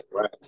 right